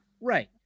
right